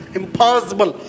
impossible